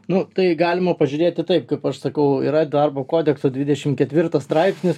nu tai galima pažiūrėti taip kaip aš sakau yra darbo kodekso dvidešim ketvirtas straipsnis